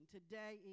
Today